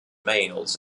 males